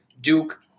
Duke